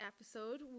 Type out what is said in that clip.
episode